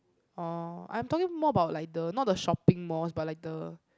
orh I am talking more about like the not the shopping malls but like the